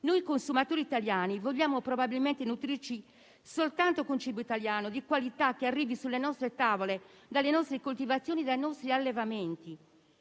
Noi consumatori italiani vogliamo probabilmente nutrirci soltanto con cibo italiano di qualità, che arrivi sulle nostre tavole dalle nostre coltivazioni e dai nostri allevamenti.